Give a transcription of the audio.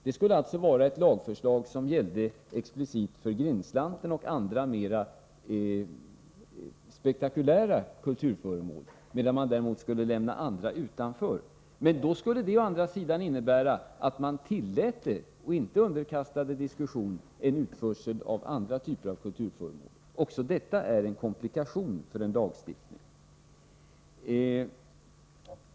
Det skulle vara ett lagförslag som gällde explicit för Grindslanten och andra mer spektakulära kulturföremål, medan däremot andra skulle lämnas utanför. Men detta skulle å andra sidan innebära att man tillät — utan att detta underkastades någon diskussion — utförsel av andra typer av kulturföremål. Också detta är en komplikation för en lagstiftning.